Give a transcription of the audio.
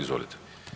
Izvolite.